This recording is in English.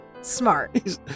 smart